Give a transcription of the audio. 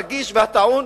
הרגיש והטעון,